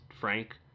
Frank